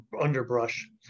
underbrush